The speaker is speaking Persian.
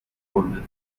گندهتر